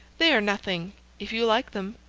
they are nothing if you like them,